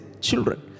children